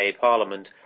Parliament